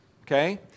Okay